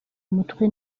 umutwe